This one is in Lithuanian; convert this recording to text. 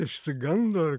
išsigando ir